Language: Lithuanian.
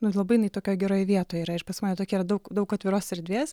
nu labai jinai tokioj geroj vietoj yra ir pas mane yra daug daug atviros erdvės